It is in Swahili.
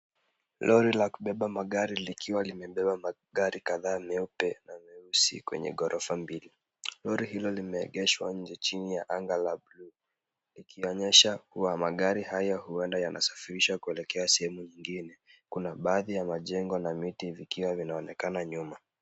Lori la kubeba magari likiwa limebeba magari kadhaa meupe na meusi kwenye ghorofa mbili. Lori hilo limeegeshwa nje chini ya anga la bluu likionyesha kuwa magari hayo huenda yanasafirishwa kuelekea sehemu nyingine. Kuna baadhi ya majengo na miti vikiwa vinaonekana nyuma.